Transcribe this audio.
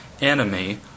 enemy